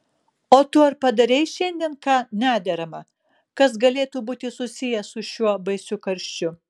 o tu ar padarei šiandien ką nederama kas galėtų būti susiję su šiuo baisiu karščiu